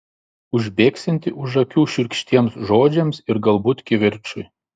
užbėgsianti už akių šiurkštiems žodžiams ir galbūt kivirčui